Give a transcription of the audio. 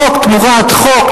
חוק תמורת חוק,